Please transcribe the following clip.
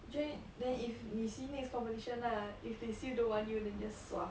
actually then if 你 see next competition lah if they still don't want you than just sua